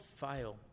fail